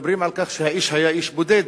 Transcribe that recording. מדברים על כך שהאיש היה איש בודד,